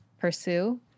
pursue